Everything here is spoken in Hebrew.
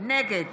נגד